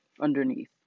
underneath